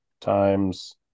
times